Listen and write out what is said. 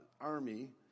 army